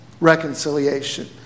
reconciliation